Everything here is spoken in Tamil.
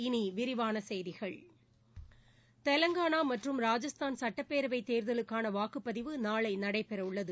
இனி விரிவான செய்திகள் தெலங்கானா மற்றும் ராஜஸ்தான் சட்டப்பேரவைத் தேர்தலுக்கான வாக்குப்பதிவு நாளை நடைபெறவுள்ளது